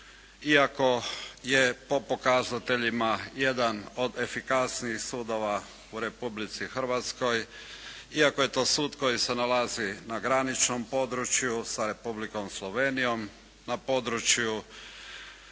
iako je po pokazateljima jedan od efikasnijih sudova u Republici Hrvatsko, iako je to sud koji se nalazi na graničnom području sa Republikom Slovenijo, na području